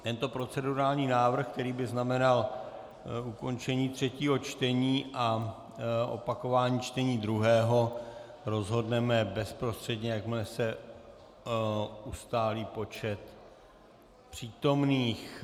Tento procedurální návrh, který by znamenal ukončení třetího čtení a opakování čtení druhého, rozhodneme bezprostředně, jakmile se ustálí počet přítomných....